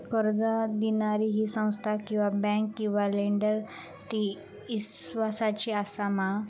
कर्ज दिणारी ही संस्था किवा बँक किवा लेंडर ती इस्वासाची आसा मा?